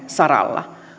saralla